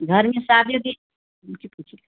घर में शादी उदी उनके पूछी